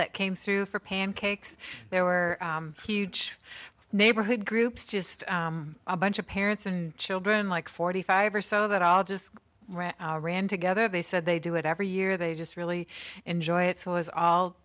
that came through for pancakes there were huge neighborhood groups just a bunch of parents and children like forty five or so that all just ran together they said they do it every year they just really enjoy it so was all